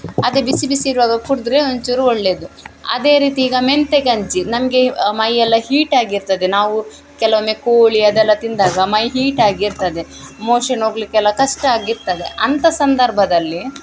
ಅದೇ ಬಿಸಿ ಬಿಸಿ ಇರುವಾಗ ಕುಡಿದ್ರೆ ಒಂಚೂರು ಒಳ್ಳೆಯದು ಅದೇ ರೀತಿ ಈಗ ಮೆಂತ್ಯೆ ಗಂಜಿ ನಮಗೆ ಮೈಯೆಲ್ಲ ಹೀಟ್ ಆಗಿರ್ತದೆ ನಾವು ಕೆಲವೊಮ್ಮೆ ಕೋಳಿ ಅದೆಲ್ಲ ತಿಂದಾಗ ಮೈ ಹೀಟ್ ಆಗಿರ್ತದೆ ಮೋಶನ್ ಹೋಗ್ಲಿಕೆಲ್ಲ ಕಷ್ಟ ಆಗಿರ್ತದೆ ಅಂಥ ಸಂದರ್ಭದಲ್ಲಿ